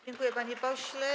Dziękuję, panie pośle.